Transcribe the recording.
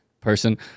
Person